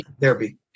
therapy